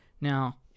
Now